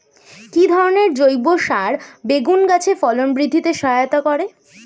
কি ধরনের জৈব সার বেগুন গাছে ফলন বৃদ্ধিতে সহায়তা করে?